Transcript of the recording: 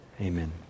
amen